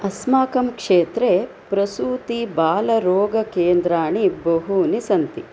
अस्माकं क्षेत्रे प्रसूतिबालरोगकेन्द्राणि बहूनि सन्ति